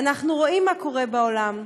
ואנחנו רואים מה קורה בעולם.